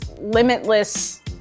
limitless